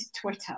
Twitter